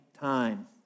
time